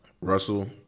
Russell